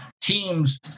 teams